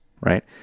right